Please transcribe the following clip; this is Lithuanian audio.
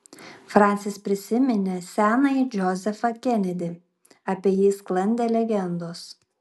fransis prisiminė senąjį džozefą kenedį apie jį sklandė legendos